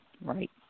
right